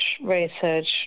research